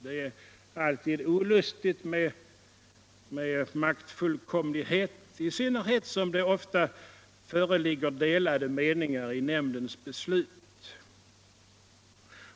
Det är alltid olustigt med maktfullkomlighet, i synnerhet som det ofta råder delade meningar inom nämnden.